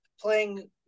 playing